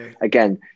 again